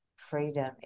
freedom